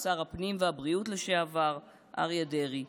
שר הפנים והבריאות לשעבר אריה דרעי,